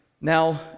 Now